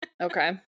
okay